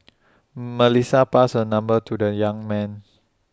Melissa passed her number to the young man